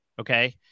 Okay